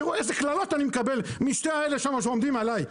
תראו איזה קללות אני מקבל משני האלה שמה שעומדים עלי.